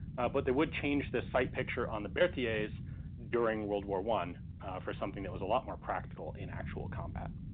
but they would change this sight picture on the berthiers during world war one for something that was a lot more practical in actual combat.